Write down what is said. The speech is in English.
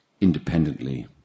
independently